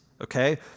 okay